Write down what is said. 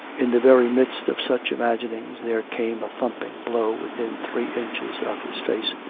in the very midst of such imaginings there came a thumping blow within three inches of his face,